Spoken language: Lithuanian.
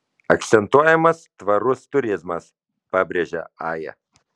akcentuojamas tvarus turizmas pabrėžia aja